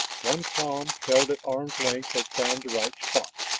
one palm, held at arm's length had found the right spot.